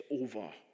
over